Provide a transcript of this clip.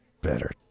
better